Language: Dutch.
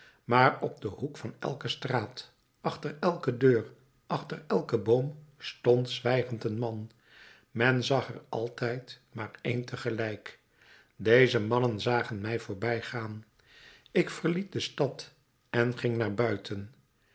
maar op den hoek van elke straat achter elke deur achter elken boom stond zwijgend een man men zag er altijd maar één te gelijk deze mannen zagen mij voorbijgaan ik verliet de stad en ging naar buiten